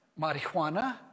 marijuana